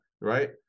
right